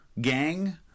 gang